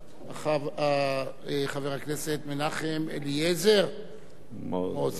חבר הכנסת מנחם אליעזר מוזס.